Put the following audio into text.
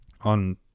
on